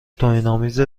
توهینآمیز